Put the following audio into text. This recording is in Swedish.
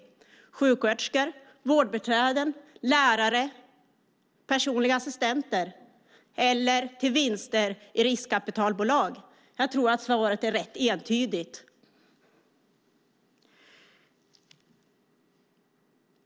Är det till sjuksköterskor, vårdbiträden, lärare och personliga assistenter eller till vinster i riskkapitalbolag? Jag tror att svaret blir rätt entydigt.